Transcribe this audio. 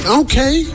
okay